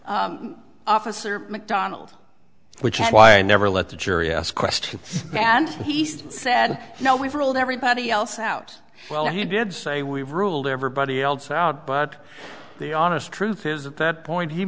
officer mcdonald which is why i never let the jury ask questions and he's said now we've ruled everybody else out well he did say we've ruled everybody else out but the honest truth is at that point he